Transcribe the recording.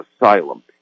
asylum